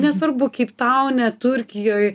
nesvarbu keiptaune turkijoj